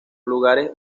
lugares